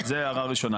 זו הערה ראשונה.